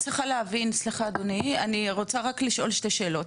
סליחה אדוני, אני רוצה רק לשאול שתי שאלות.